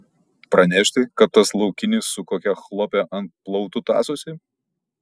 pranešti kad tas laukinis su kokia chlope ant plautų tąsosi